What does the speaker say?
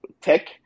tech